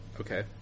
Okay